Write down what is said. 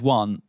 one